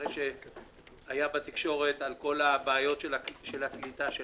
אחרי שפורסם בתקשורת על כל בעיות הקליטה שלהם.